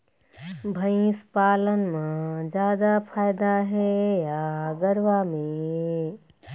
भंइस पालन म जादा फायदा हे या गरवा में?